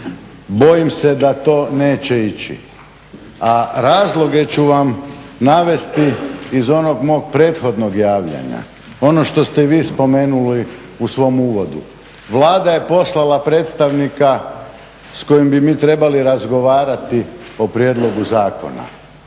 bojim se da to neće ići a razloge ću vam navesti iz onog mog prethodnog javljanja. Ono što ste i vi spomenuli u svom uvodu. Vlada je poslala predstavnika s kojim bi mi trebali razgovarati o prijedlogu zakona.